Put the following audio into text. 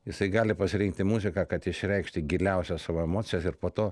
jisai gali pasirinkti muziką kad išreikšti giliausias savo emocijas ir po to